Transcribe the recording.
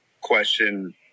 question